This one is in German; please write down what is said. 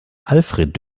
alfred